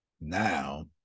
Now